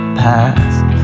past